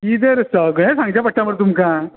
कितें रे सगळें सांगचें पडटा मरे तुमकां